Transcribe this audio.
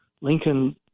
Lincoln